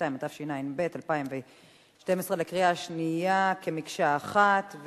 22), התשע"ב 2012, בקריאה שנייה כמקשה אחת.